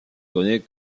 connaît